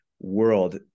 world